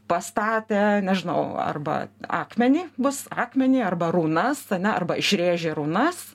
pastatė nežinau arba akmenį bus akmenį arba runas ane arba išrėžė runas